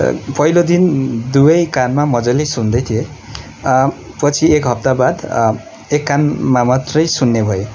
पहिलो दिन दुवै कानमा मजाले सुन्दै थिएँ पछि एक हप्ता बाद एक कानमा मात्रै सुन्ने भएँ